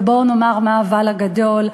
ובואו ונאמר מה הוא ה"אבל" הגדול,